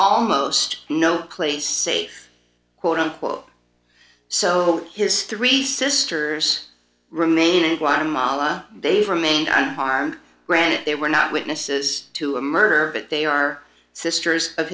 almost no place safe quote unquote so his three sisters remain in guatemala they've remained on granite they were not witnesses to a murder but they are sisters of